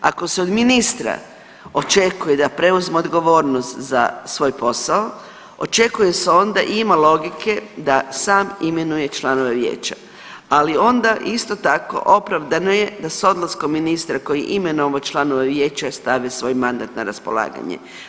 Ako se od ministra očekuje da preuzme odgovornost za svoj posao, očekuje se onda i ima logike da sam imenuje članove vijeća, ali onda isto tako opravdano je da s odlaskom ministra koji je imenovao članove vijeća stave svoj mandat na raspolaganje.